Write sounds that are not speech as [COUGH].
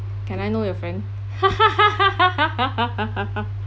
can I know your friend [LAUGHS]